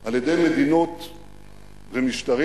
על-ידי מדינות ומשטרים,